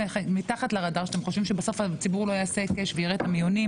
מתחת לרדאר אתם חושבים שהציבור לא יעשה היקש ויראה את המינויים